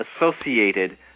associated